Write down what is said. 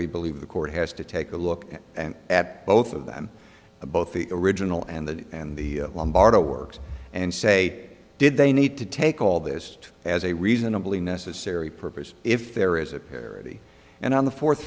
we believe the court has to take a look at both of them both the original and the and the lombardo works and say did they need to take all this as a reasonably necessary purpose if there is a parity and on the fourth